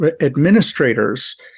administrators